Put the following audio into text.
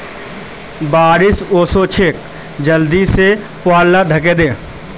बारिश ओशो छे जल्दी से पुवाल लाक ढके दे